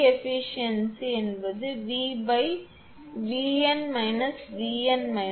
அதாவது இந்த வழக்கில் m ஐ n க்கு பதிலாக m என்பது n க்கு சமமாக இருந்தால் n வது டிஸ்க் கடைசியாக இருந்தால் 𝑣𝑛 𝑉𝑛 1 க்கு சமமாக இருக்கும்